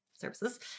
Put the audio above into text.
services